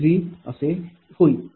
466633असे होईल